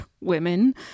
women